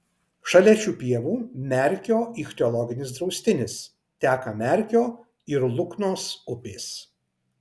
šalia šių pievų merkio ichtiologinis draustinis teka merkio ir luknos upės